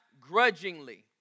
grudgingly